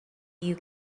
you